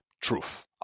truth